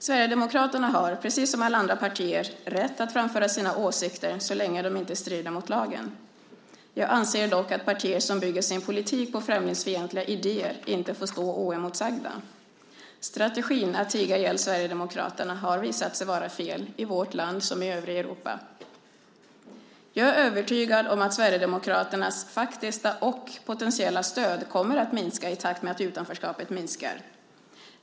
Sverigedemokraterna har, precis som alla andra partier, rätt att framföra sina åsikter så länge de inte strider mot lagen. Jag anser dock att partier som bygger sin politik på främlingsfientliga idéer inte får stå oemotsagda. Strategin att tiga ihjäl Sverigedemokraterna har visat sig vara fel, i vårt land som i övriga Europa. Jag är övertygad om att Sverigedemokraternas faktiska och potentiella stöd kommer att minska i takt med att utanförskapet minskar.